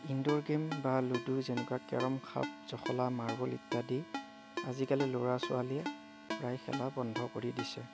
indoor game বা ludo যেনেকুৱা carrom সাপ জখলা মাৰ্বল ইত্যাদি আজিকালিৰ ল'ৰা ছোৱালীয়ে প্ৰায় খেলা বন্ধ কৰি দিছে